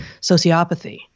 sociopathy